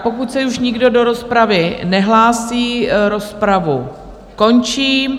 Pokud se už nikdo do rozpravy nehlásí, rozpravu končím.